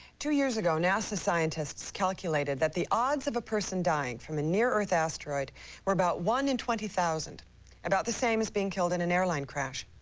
two years ago nasa scientists calculated that the odds of aerson dying from a near-earth asteroid werebout one in twenty thousand about the same as being killed in an airline crash.